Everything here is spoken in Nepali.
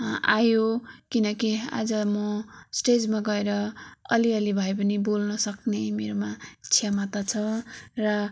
आ आयो किनकि आज म स्टेजमा गएर अलि अलि भए पनि बोल्न सक्ने मेरोमा क्षमता छ र